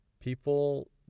people